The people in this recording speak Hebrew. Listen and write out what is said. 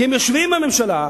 כי הם יושבים בממשלה,